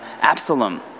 Absalom